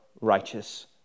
righteous